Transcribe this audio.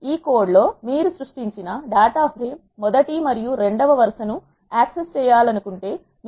ఈ కోడ్ లో మీరు సృష్టించిన డేటా ఫ్రేమ్ మొదటి మరియు రెండవ వరుస ను యాక్సెస్ చేయాలనుకుంటే మీరు చూడవచ్చు